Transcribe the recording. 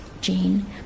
Gene